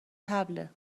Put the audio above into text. طبله